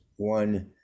One